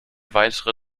weitere